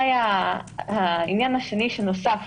העניין השני שנוסף